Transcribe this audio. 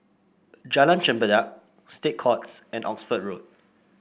Jalan Chempedak State Courts and Oxford Road